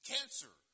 Cancer